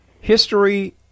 History